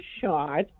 shot